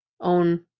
own